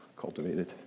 Cultivated